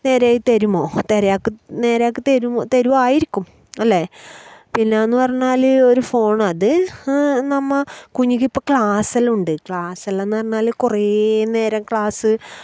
നേരായി തരുമോ തരാക്ക് നേരാക്കി തരുമോ തരുവായിരിക്കും അല്ലേ പിന്നെ എന്നുപറഞ്ഞാൽ ഒരു ഫോൺ അത് നമ്മൾ കുഞ്ഞിക്കിപ്പം ക്ലാസ് എല്ലാമുണ്ട് ക്ലാസ് എല്ലാമെന്ന് പറഞ്ഞാൽ കുറേ നേരം ക്ലാസ്